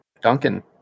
Duncan